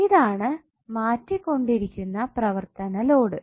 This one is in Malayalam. ഇതാണ് മാറ്റികൊണ്ടിരിക്കുന്ന പരിവർത്തന ലോഡ്